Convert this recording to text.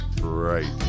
Right